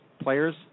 players